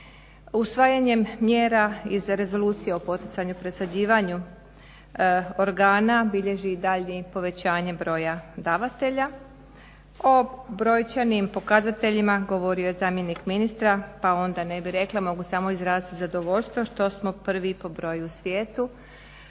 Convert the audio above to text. Usvajanjem mjera iz rezolucije o poticanju presađivanju organa bilježi daljnjim povećanjem broja davatelja. O brojčanim pokazateljima govorio je zamjenik ministra, pa onda ne bih rekla mogu samo izraziti zadovoljstvo što smo prvi po broju u svijetu,